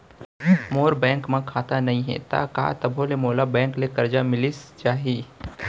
मोर bank म खाता नई हे त का तभो ले मोला बैंक ले करजा मिलिस जाही?